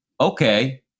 okay